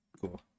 Cool